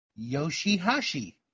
Yoshihashi